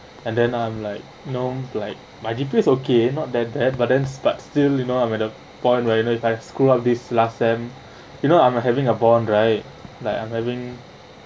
and then I'm like you know like my depressed okay not that bad but then but still you know I'm at the point where you know if I screw up this last sem you know I'm having a born right like I'm having